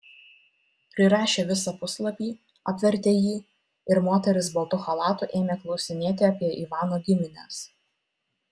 prirašę visą puslapį apvertė jį ir moteris baltu chalatu ėmė klausinėti apie ivano gimines